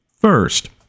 First